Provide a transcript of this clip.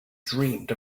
dreamed